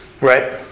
Right